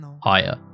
Higher